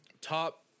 top